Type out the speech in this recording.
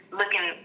looking